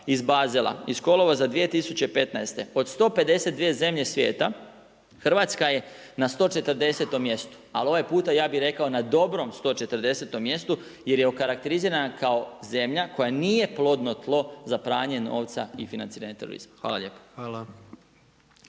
iz Basela iz kolovoza 2015. od 152 zemlje svijeta, Hrvatska je na sto četrdesetom mjestu, ali ovaj puta ja bih rekao, na dobro sto četrdesetom mjestu jer je okarakterizirana kao zemlja koja nije plodno tlo za pranje novca i financiranja terorizma. **Jandroković,